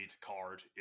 card